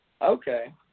Okay